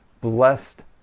blessed